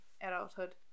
adulthood